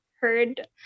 heard